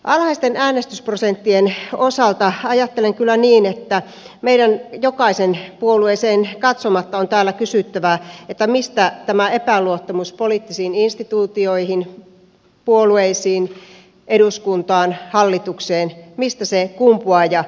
alhaisten äänestysprosenttien osalta ajattelen kyllä niin että meidän jokaisen puolueeseen katsomatta on täällä kysyttävä mistä tämä epäluottamus poliittisiin instituutioihin puolueisiin eduskuntaan hallitukseen kumpuaa ja johtuu